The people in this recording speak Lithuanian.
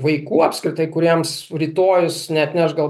vaikų apskritai kuriems rytojus neatneš gal